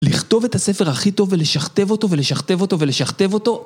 לכתוב את הספר הכי טוב ולשכתב אותו ולשכתב אותו ולשכתב אותו